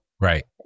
Right